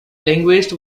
linguists